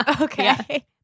Okay